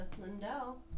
Lindell